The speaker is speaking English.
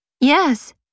Yes